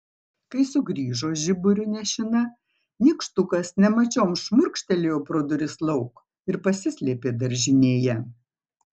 kai sugrįžo žiburiu nešina nykštukas nemačiom šmurkštelėjo pro duris lauk ir pasislėpė daržinėje